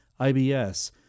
IBS